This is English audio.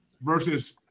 Versus